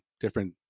different